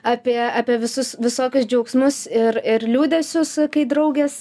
apie apie visus visokius džiaugsmus ir ir liūdesius kai draugės